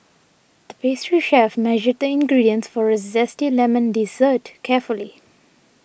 the pastry chef measured the ingredients for a Zesty Lemon Dessert carefully